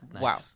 Wow